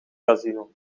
casino